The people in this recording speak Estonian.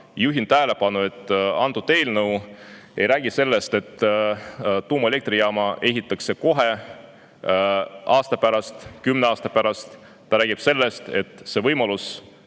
juhin tähelepanu, et antud eelnõu ei räägi sellest, et tuumaelektrijaam ehitatakse kohe, aasta pärast või kümne aasta pärast. See räägib sellest, et see võimalus